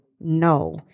no